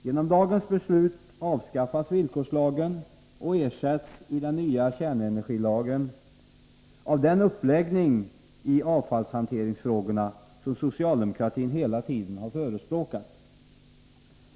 Med dagens beslut avskaffas villkorslagen och ersätts genom den nya kärnenergilagen av den uppläggning i avfallshanteringsfrågorna som socialdemokratin hela tiden har förespråkat.